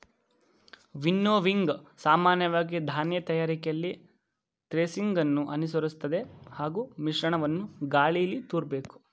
winnowing ಸಾಮಾನ್ಯವಾಗಿ ಧಾನ್ಯ ತಯಾರಿಕೆಯಲ್ಲಿ ಥ್ರೆಸಿಂಗನ್ನು ಅನುಸರಿಸ್ತದೆ ಹಾಗೂ ಮಿಶ್ರಣವನ್ನು ಗಾಳೀಲಿ ತೂರ್ಬೇಕು